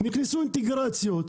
נכנסו אינטגרציות,